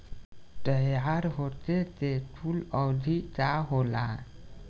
तैयार होखे के कूल अवधि का होला?